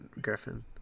Griffin